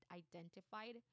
identified